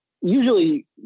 usually